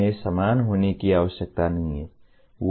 उन्हें समान होने की आवश्यकता नहीं है